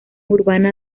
urbana